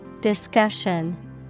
Discussion